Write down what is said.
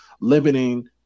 limiting